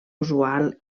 usual